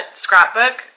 scrapbook